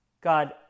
God